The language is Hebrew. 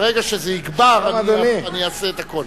ברגע שזה יגבר אני אעשה את הכול.